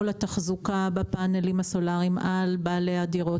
התחזוקה בפאנלים הסולאריים על בעלי הדירות.